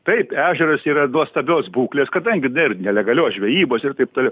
taip ežeras yra nuostabios būklės kadangi nėr ir nelegalios žvejybos ir taip toliau